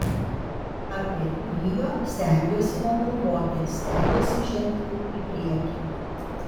apie rio stengiuosi negalvoti stengiuosi žengti į priekį